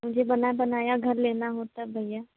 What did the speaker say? मुझे बना बनाया घर लेना हो तब भैया